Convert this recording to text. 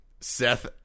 Seth